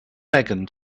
megan